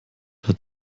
hat